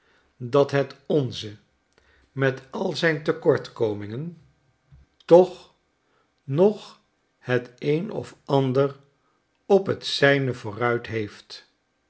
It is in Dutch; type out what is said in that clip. dat het onze met al zijn tekortkomingen boston toch nog het een of ander op t zijne vooruit heeft